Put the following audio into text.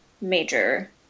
major